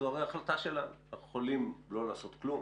זו הרי החלטה שלנו אנחנו יכולים לא לעשות כלום,